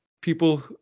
people